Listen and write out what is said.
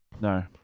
no